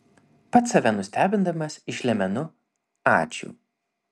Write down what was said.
pats save nustebindamas išlemenu ačiū